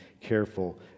careful